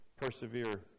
persevere